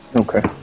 Okay